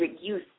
youth